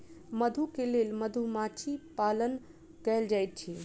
मधु के लेल मधुमाछी पालन कएल जाइत अछि